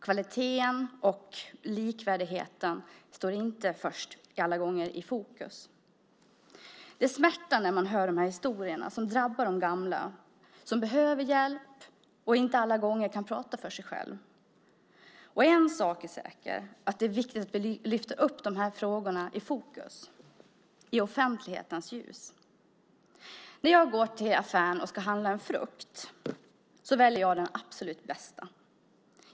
Kvaliteten och likvärdigheten står inte alla gånger i fokus. Det smärtar att höra de här historierna som drabbar de gamla som behöver hjälp och inte alla gånger kan prata för sig själva. En sak är säker: Det är viktigt att vi lyfter fram de här frågorna i fokus och i offentlighetens ljus. När jag går till affären och handlar en frukt väljer jag den absolut bästa.